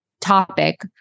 topic